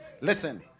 Listen